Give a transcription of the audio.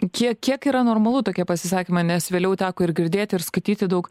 kiek kiek yra normalu tokie pasisakymai nes vėliau teko girdėti ir skaityti daug